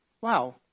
wow